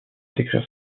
décrire